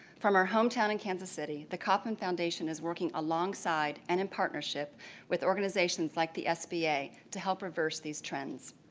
from our hometown in kansas city, the kauffman foundating is working alongside and in partnership with organizations like the sba to help reverse these trends.